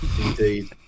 Indeed